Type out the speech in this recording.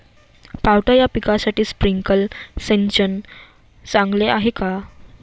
पावटा या पिकासाठी स्प्रिंकलर सिंचन चांगले आहे का?